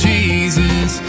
Jesus